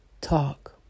Talk